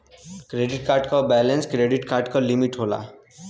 credit card क balance credit card क limit होला